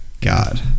god